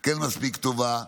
כן מספיק טובה,